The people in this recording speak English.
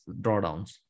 drawdowns